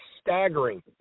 staggering